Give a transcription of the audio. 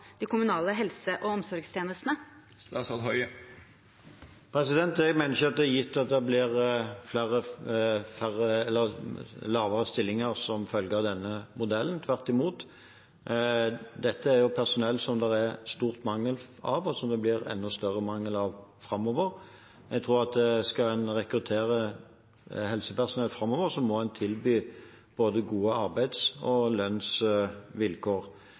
de kommunale helse- og omsorgstjenestene? Jeg mener ikke at det er gitt at det blir mindre stillinger som følge av denne modellen, tvert imot. Dette er personell det er stor mangel på, og som det blir enda større mangel på framover. Skal en rekruttere helsepersonell framover, må en tilby både gode arbeidsvilkår og